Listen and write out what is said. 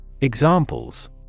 Examples